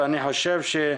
אני חושב שאת